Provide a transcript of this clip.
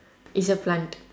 is a plant